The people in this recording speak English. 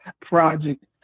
project